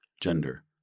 gender